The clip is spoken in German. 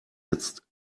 jetzt